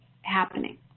happening